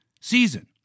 season